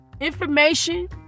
Information